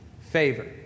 favor